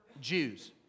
Jews